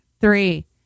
three